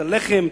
את הלחם,